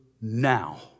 now